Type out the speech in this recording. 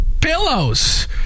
pillows